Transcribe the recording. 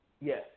Yes